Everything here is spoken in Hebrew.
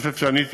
אני חושב שעניתי